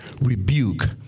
rebuke